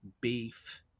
beef